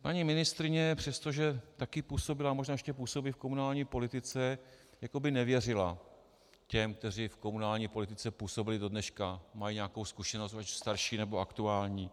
Paní ministryně, přestože taky působila, a možná ještě působí, v komunální politice, jako by nevěřila těm, kteří v komunální politice působí do dneška, mají nějakou zkušenost, ať už starší, nebo aktuální.